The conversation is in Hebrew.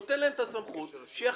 נותן להם את הסמכות שיחליטו,